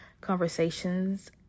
conversations